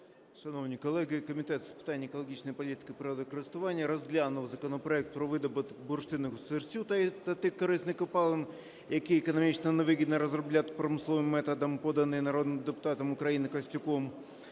Шановні колеги, Комітет з питань екологічної політики, природокористування розглянув законопроект про видобуток бурштину-сирцю та тих корисних копалин, які економічно невигідно розробляти промисловими методами, поданий народним депутатом України Костюком.